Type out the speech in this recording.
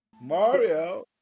Mario